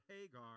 Hagar